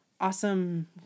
awesome